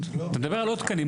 אתה מדבר על עוד תקנים.